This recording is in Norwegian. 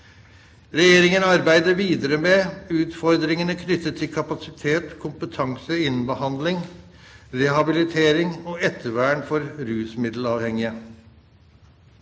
Regjeringen arbeider videre med utfordringene knyttet til kapasitet og kompetanse innen behandling, rehabilitering og ettervern for rusmiddelavhengige.